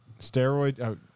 steroid